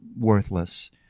worthless